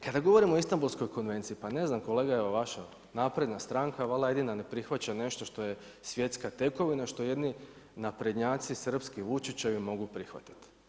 Kada govorimo o Istambulskoj konvenciji, pa ne znam, evo vaša napredna stranka valjda jedina ne prihvaća nešto što je svjetska tekovina što jedni naprednjaci srpski Vučićevi mogu prihvatiti.